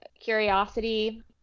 curiosity